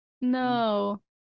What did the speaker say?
no